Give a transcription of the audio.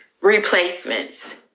replacements